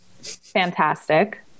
Fantastic